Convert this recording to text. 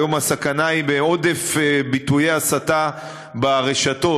היום הסכנה היא מעודף ביטויי הסתה ברשתות,